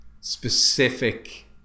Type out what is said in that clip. specific